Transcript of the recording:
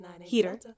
heater